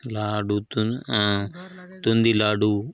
लाडू तु बुंदी लाडू